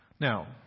Now